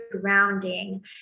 grounding